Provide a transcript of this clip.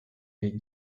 jej